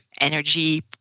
energy